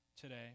today